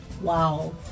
Wow